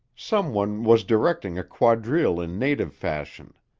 some one was directing a quadrille in native fashion.